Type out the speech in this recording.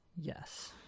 Yes